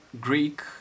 Greek